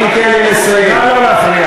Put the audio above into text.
חבר הכנסת משה גפני, נא לא להפריע.